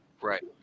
right